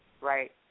right